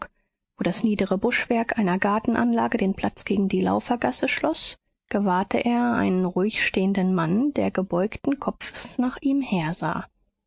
wo das niedere buschwerk einer gartenanlage den platz gegen die laufergasse schloß gewahrte er einen ruhig stehenden mann der gebeugten kopfes nach ihm hersah